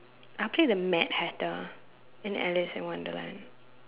I'll play the Mad-Hatter in Alice in Wonderland